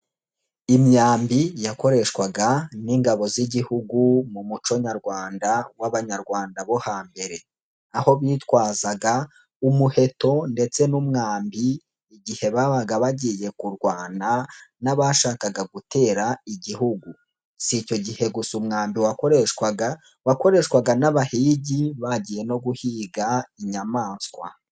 Imyambi yakoreshwaga n'ingabo z'Igihugu mu muco nyarwanda w'Abanyarwanda bo hambere, aho bitwazaga umuheto ndetse n'umwambi igihe babaga bagiye kurwana n'abashakaga gutera Igihugu, si icyo gihe gusa umwambi wakoreshwaga, wakoreshwaga n'abahigi bagiye no guhiga inyamaswa.